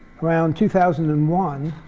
around two thousand and one.